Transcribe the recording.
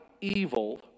evil